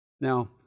now